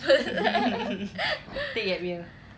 take gap year